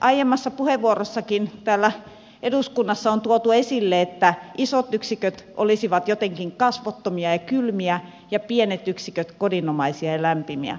aiemmassakin puheenvuorossa täällä eduskunnassa on tuotu esille että isot yksiköt olisivat jotenkin kasvottomia ja kylmiä ja pienet yksiköt kodinomaisia ja lämpimiä